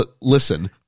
listen